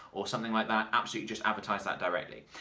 or something like that, absolutely just advertise that directly.